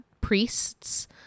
priests